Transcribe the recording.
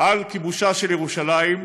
על כיבוש ירושלים,